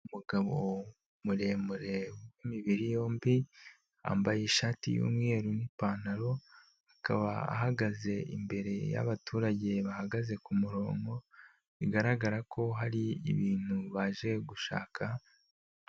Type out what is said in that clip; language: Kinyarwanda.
Umugabo muremure w'imibiri yombi wambaye ishati y'umweru n'ipantaro akaba ahagaze imbere y'abaturage bahagaze ku murongo bigaragara ko hari ibintu baje gushaka.